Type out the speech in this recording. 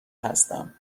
هستم